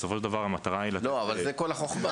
בסופו של דבר המטרה היא --- אבל זה בדיוק הסיפור.